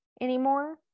anymore